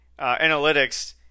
analytics